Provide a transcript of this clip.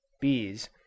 Bees